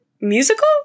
Musical